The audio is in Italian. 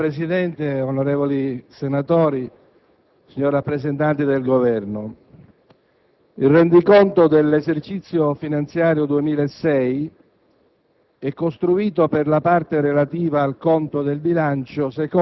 legge n. 1678*. Signor Presidente, onorevoli senatori, signor rappresentante del Governo, il rendiconto dell'esercizio finanziario 2006